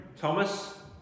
Thomas